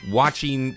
watching